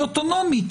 היא אוטונומית,